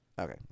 Okay